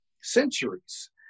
centuries